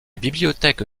bibliothèque